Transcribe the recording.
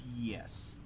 yes